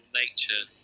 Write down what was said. nature